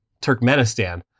Turkmenistan